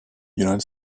united